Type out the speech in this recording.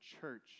church